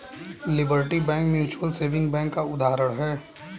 liberty bank mutual saving bank का उदाहरण है